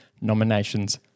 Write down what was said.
nominations